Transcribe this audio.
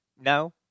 no